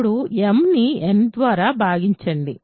ఇప్పుడు m ని n ద్వారా భాగించండి